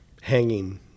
hanging